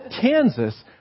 Kansas